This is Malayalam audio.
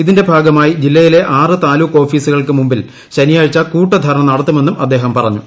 ഇതിന്റെ ഭാഗമായി ജില്ലയിലെ ആറ് താലൂക്ക് ഓഫീസുകൾക്കു മുമ്പിൽ ശനിയാഴ്ച കൂട്ടധർണ നടത്തുമെന്നും അദ്ദേഹം പറഞ്ഞു